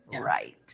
right